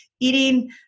eating